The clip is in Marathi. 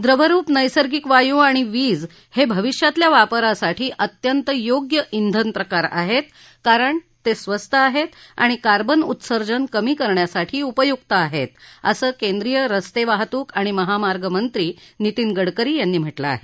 द्रवरुप नैसर्गिक वायू आणि वीज हे भविष्यातल्या वापरासाठी अत्यंत योग्य ब्रिन प्रकार आहेत कारण ते स्वस्त आहेत आणि कार्बन उत्सर्जन कमी करण्यासाठी उपयुक्त आहेत असं केंद्रीय रस्ते वाहतूक आणि महामार्ग मंत्री नितीन गडकरी यांनी म्हटलं आहे